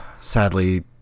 sadly